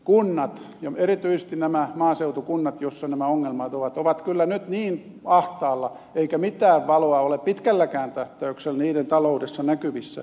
kunnat ja erityisesti nämä maaseutukunnat joissa nämä ongelmat ovat ovat kyllä nyt niin ahtaalla eikä mitään valoa ole pitkälläkään tähtäyksellä niiden taloudessa näkyvissä